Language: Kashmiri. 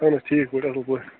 اَہن حظ ٹھیٖک پٲٹھۍ اَصٕل پٲٹھۍ